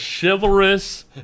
chivalrous